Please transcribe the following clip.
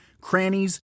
crannies